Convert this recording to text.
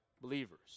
believers